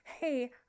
hey